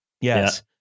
Yes